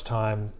time